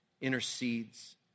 intercedes